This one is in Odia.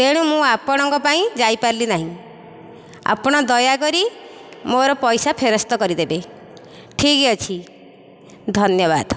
ତେଣୁ ମୁଁ ଆପଣଙ୍କ ପାଇଁ ଯାଇପାରିଲି ନାହିଁ ଆପଣ ଦୟାକରି ମୋର ପଇସା ଫେରସ୍ତ କରିଦେବେ ଠିକ ଅଛି ଧନ୍ୟବାଦ